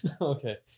Okay